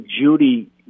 Judy